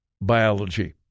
biology